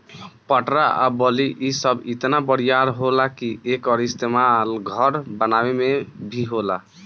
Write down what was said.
पटरा आ बल्ली इ सब इतना बरियार होला कि एकर इस्तमाल घर बनावे मे भी होला